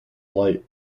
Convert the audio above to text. light